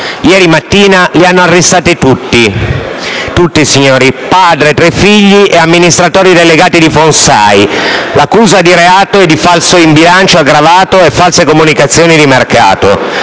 Ieri mattina li hanno arrestati tutti: padre, tre figli e amministratori delegati di FONSAI. L'accusa di reato è di falso in bilancio aggravato e false comunicazioni di mercato.